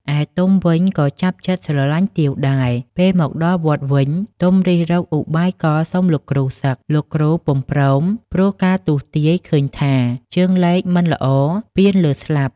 ឯទុំវិញក៏ចាប់ចិត្តស្រឡាញ់ទាវដែរ ពេលមកដល់វត្តវិញ ទុំរិះរកឧបាយកលសុំលោកគ្រូសឹក លោកគ្រូពុំព្រមព្រោះការទស្សទាយឃើញថាជើងលេខមិនល្អពានលើស្លាប់ ។